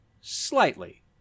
Slightly